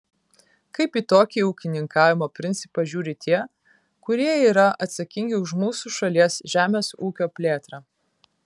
kaip į tokį ūkininkavimo principą žiūri tie kurie yra atsakingi už mūsų šalies žemės ūkio plėtrą